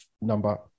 number